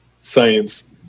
science